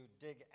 dig